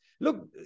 Look